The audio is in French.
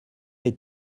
est